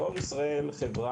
דואר ישראל חברה